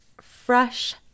fresh